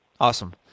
Awesome